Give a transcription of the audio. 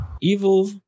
evil